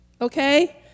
Okay